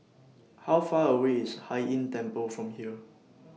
How Far away IS Hai Inn Temple from here